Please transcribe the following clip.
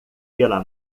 pela